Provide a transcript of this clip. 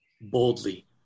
boldly